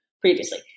previously